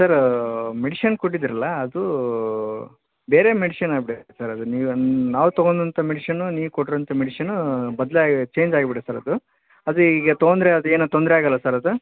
sir medicine ಕೊಟ್ಟಿದ್ದೀರಲ್ಲ ಅದು ಬೇರೆ ಮೆಡಿಷನ್ ಆಗ್ಬಿಬಿಟ್ಟೈತೆ ಸರ್ ಅದು ನೀವು ಅಂದು ನಾವು ತಗೊಂಡಂಥ ಮೆಡಿಷನು ನೀವು ಕೊಟ್ರೋಂಥ ಮೆಡಿಷನೂ ಬದ್ಲು ಆಗಿ ಚೇಂಜ್ ಆಗ್ಬಿಟೈತೆ ಸರ್ ಅದು ಅದು ಈಗ ತಗೊಂಡ್ರೆ ಅದೇನು ತೊಂದರೆ ಆಗಲ್ವ ಸರ್ ಅದು